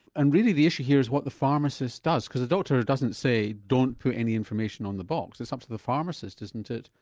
and really the issue here is what the pharmacist does because a doctor doesn't say don't put any information on the box, it's up to the pharmacist, isn't it,